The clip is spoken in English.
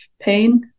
pain